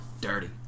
Dirty